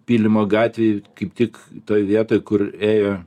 pylimo gatvėj kaip tik toj vietoj kur ėjo